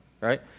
Right